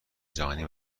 جهانی